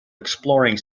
exploring